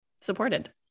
supported